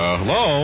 hello